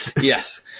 Yes